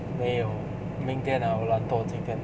没有明天 lah 我懒惰今天